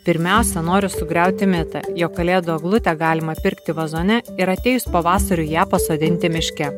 pirmiausia noriu sugriauti mitą jog kalėdų eglutę galima pirkti vazone ir atėjus pavasariui ją pasodinti miške